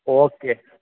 okay